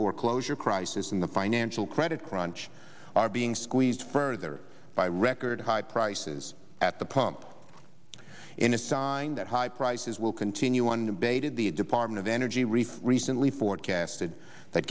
foreclosure crisis in the financial credit crunch are being squeezed further by record high prices at the pump in a sign that high prices will continue unabated the department of energy reef recently forecasted th